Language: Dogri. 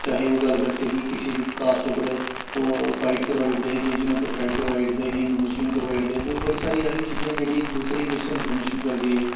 चाहे ओह् गल्ल करचै कि किसी दी कास्ट उप्पर ओह् फाइट करवाई ओड़दे हे रिलीजन उप्पर फाइट करवाई ओड़दे हे हिन्दू मुस्लिम करवाई ओड़दे हे ते बड़ी सारी ऐहो लेही चीजां न जेह्ड़ी इक दूसरे गी मिस इंफर्मेशन करदी ऐ